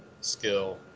skill